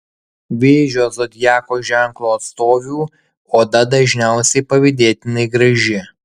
vėžio zodiako ženklo atstovių oda dažniausiai pavydėtinai graži